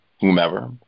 whomever